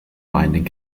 binding